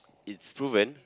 it's proven